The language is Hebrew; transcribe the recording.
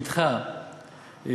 שנדחה,